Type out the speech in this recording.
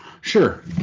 sure